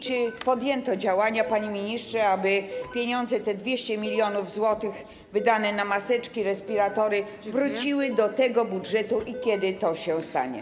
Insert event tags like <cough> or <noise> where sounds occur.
Czy podjęto działania, <noise> panie ministrze, aby pieniądze, te 200 mln zł wydane na maseczki, respiratory, wróciły do tego budżetu i kiedy to się stanie?